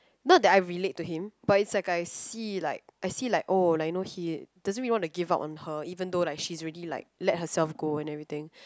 not that I relate to him but I like see like I see like oh like you know he doesn't really want to give up on her even though like she's already like let herself go and everything